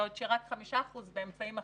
בעוד שרק 5% באמצעים אחרים,